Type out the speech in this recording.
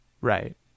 right